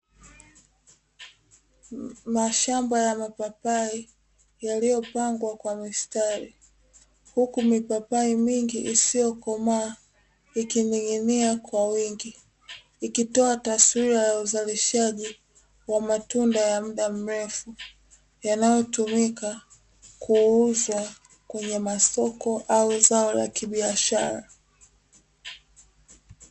Mashamba ya mapapai yaliyopangwa kwa mistari huku mipapai mingi isiyokomaa likitegemea kwa wingi ikitoa taswira ya uzalishaji wa matunda ya muda mrefu yanayotumika kuuzwa kwenye masoko au zao la kibiashara